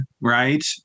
Right